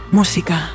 Música